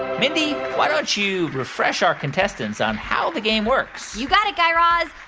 mindy, why don't you refresh our contestants on how the game works? you got it, guy raz.